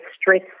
stress